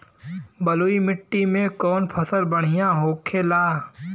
बलुई मिट्टी में कौन फसल बढ़ियां होखे ला?